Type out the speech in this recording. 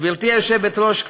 גברתי היושבת-ראש,